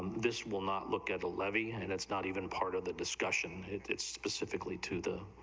this will not look at the levy and it's not even part of the discussion that it's specifically to the